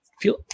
feel